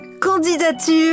Candidature